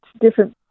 different